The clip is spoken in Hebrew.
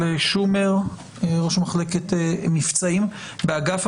ושמחתי לראות שלאחר